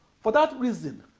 for that reason,